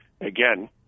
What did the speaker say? again